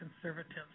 conservatives